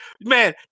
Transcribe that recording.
man